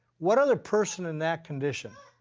what other person in that condition,